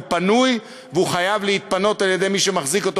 הוא פנוי והוא חייב להתפנות על-ידי מי שמחזיק אותו,